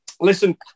listen